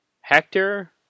Hector